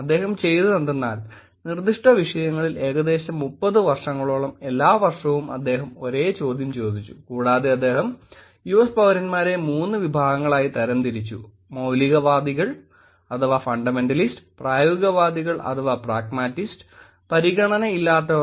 അദ്ദേഹം ചെയ്തത് എന്തെന്നാൽ നിർദ്ദിഷ്ട വിഷയങ്ങളിൽ ഏകദേശം 30 വർഷങ്ങളോളംഎല്ലാ വർഷവും അദ്ദേഹം ഒരേ ചോദ്യം ചോദിച്ചു കൂടാതെ അദ്ദേഹം യുഎസ് പൌരന്മാരെ 3 വിഭാഗങ്ങളായി തരംതിരിച്ചു മൌലികവാദികൾ പ്രായോഗികവാദികൾ പരിഗണനയില്ലാത്തവർ